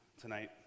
tonight